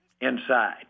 Inside